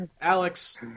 Alex